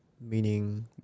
Meaning